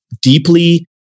deeply